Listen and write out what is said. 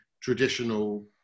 traditional